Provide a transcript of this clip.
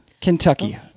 Kentucky